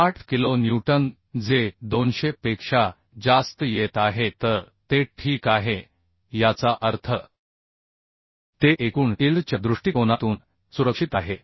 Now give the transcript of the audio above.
8 kilo newton जे 200 पेक्षा जास्त येत आहे तर ते ठीक आहे याचा अर्थ ते एकूण इल्ड च्या दृष्टिकोनातून सुरक्षित आहे